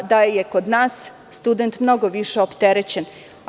Da je kod nas student mnogo više opterećen.